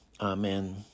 Amen